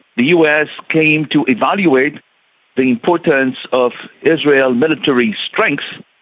the us came to evaluate the importance of israel's military strength.